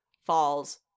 falls